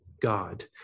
God